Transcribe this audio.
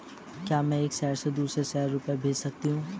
क्या मैं एक शहर से दूसरे शहर रुपये भेज सकती हूँ?